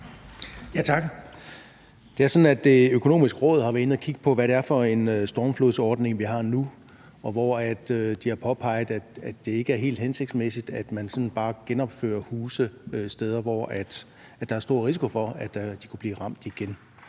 Tak. Det er sådan, at Det Økonomiske Råd har været inde at kigge på, hvad det er for en stormflodsordning, vi nu har, og hvor de har påpeget, at det ikke er helt hensigtsmæssigt, at man bare genopfører huse nogle steder, hvor der er en stor risiko for, at de igen kunne blive ramt, og